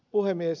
puhemies